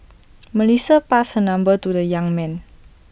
Melissa passed her number to the young man